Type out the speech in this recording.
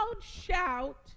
shout